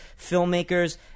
filmmakers